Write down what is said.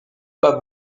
pas